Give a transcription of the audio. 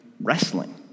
wrestling